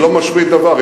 אני לא משמיט דבר,